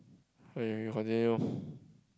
eh we continue